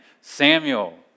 Samuel